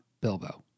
Bilbo